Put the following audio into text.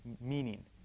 meaning